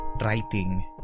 writing